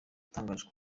watangaje